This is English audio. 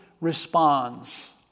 responds